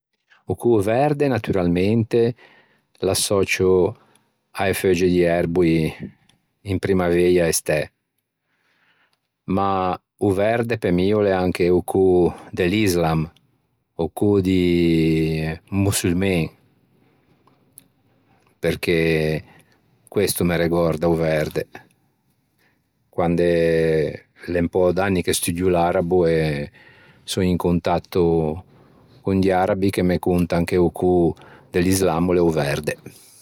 O cô verde naturalmente l'assòcio a-e feugge di erboi in primmaveia e stæ ma o verde pe mi o l'é anche o cô de l'Islam, o cô di mossulmen perchè questo me regòrda o verde quande l'é un pö d'anni che studio l'arabo e son in contatto con di arabi che me contan che o cô de l'Islam o l'é o verde